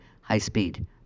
high-speed